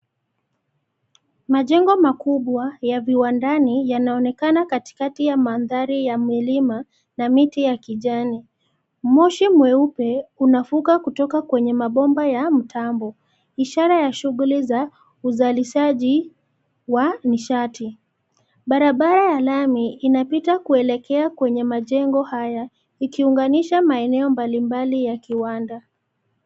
Majengo makubwa ya viwandani yanaonekana katikati ya mandhari ya milima na miti ya kijani. Moshi mweupe unafuka kutoka kwenye mabomba ya mtambo. Ishara ya shughuli za uzalishaji wa nishati. Barabara ya lami inapita kuelekea kwenye majengo haya ikiunganisha maeneo mbalimbali ya kiwanda.